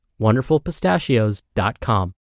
wonderfulpistachios.com